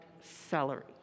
celery